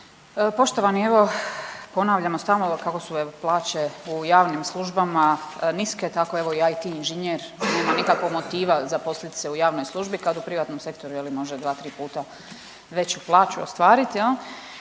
Poštovani evo ponavljamo stalno kako su plaće u javnim službama niske, tako evo IT inženjer nema nikakvog motiva zaposlit se u javnoj službi kad u privatnom sektoru može dva, tri puta veću plaću ostvariti.